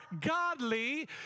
godly